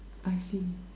I see